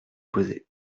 poser